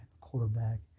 quarterback